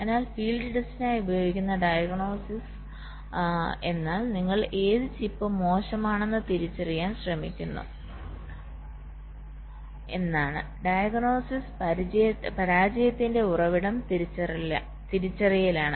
അതിനാൽ ഫീൽഡ് ടെസ്റ്റിനായി ഉപയോഗിക്കാം ഡയഗനോസിസ് ഡയഗനോസിസ് എന്നാൽ നിങ്ങൾ ഏത് ചിപ്പ് മോശമാണെന്ന് തിരിച്ചറിയാൻ ശ്രമിക്കുന്നു എന്നാണ് ഡയഗനോസിസ് പരാജയത്തിന്റെ ഉറവിടം തിരിച്ചറിയലാണ്